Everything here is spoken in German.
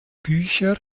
bücher